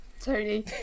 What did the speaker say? tony